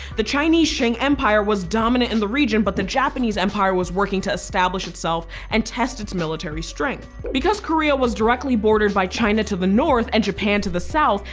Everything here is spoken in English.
the chinese qing empire was dominant in the region, but the japanese empire was working to establish itself and test its military strength. because korea was directly bordered by china to the north and japan to the south,